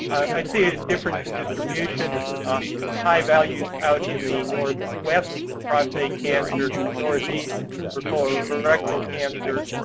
i see a difference in distribution high values out in the northwest for prostate cancer, northeast for colorectal cancer.